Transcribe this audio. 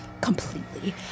completely